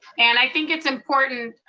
and i think it's important.